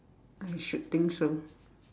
I should think so